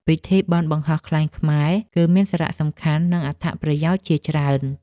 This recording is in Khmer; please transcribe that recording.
ពិធីបុណ្យបង្ហោះខ្លែងខ្មែរ គឹមានសារៈសំខាន់ និងអត្ថប្រយោជន៍ជាច្រើន។